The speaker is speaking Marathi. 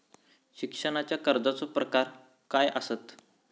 शिक्षणाच्या कर्जाचो प्रकार काय आसत?